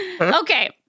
Okay